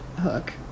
Hook